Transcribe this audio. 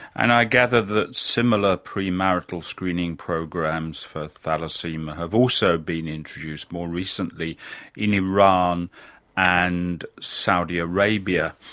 and i gather that similar premarital screening programs for thalassaemia have also been introduced more recently in iran and saudi arabia.